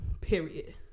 period